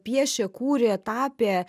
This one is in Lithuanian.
piešė kūrė tapė